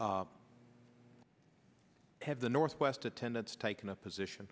michaud have the northwest attendants taken a position